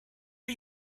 are